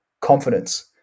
confidence